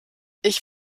ich